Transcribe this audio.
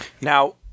Now